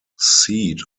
seed